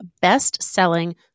best-selling